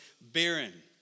barren